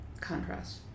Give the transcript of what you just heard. Contrast